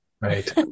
Right